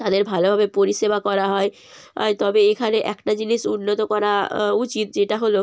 তাদের ভালোভাবে পরিষেবা করা হয় অয় তবে এখানে একটা জিনিস উন্নত করা উচিত যেটা হলো